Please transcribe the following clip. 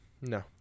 no